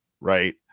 right